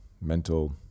mental